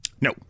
No